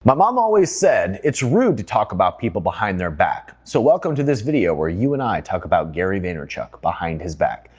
my mom always said it's rude to talk about people behind their back. so welcome to this video where you and i talk about gary vaynerchuk behind his back.